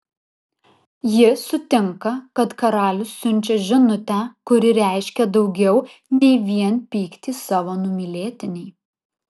ji sutinka kad karalius siunčia žinutę kuri reiškia daugiau nei vien pyktį savo numylėtinei